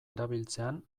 erabiltzean